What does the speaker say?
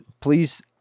Please